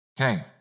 Okay